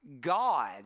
God